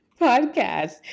podcast